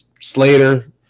Slater